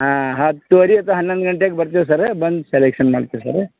ಹಾಂ ಹತ್ತುವರೆ ಅಥ್ವಾ ಹನ್ನೊಂದು ಗಂಟೆಗೆ ಬರ್ತೀವಿ ಸರ್ ಬಂದು ಸೆಲೆಕ್ಷನ್ ಮಾಡ್ತೀವಿ ಸರ್